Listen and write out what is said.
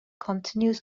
continues